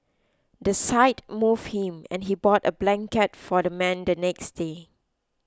the sight moved him and he bought a blanket for the man the next day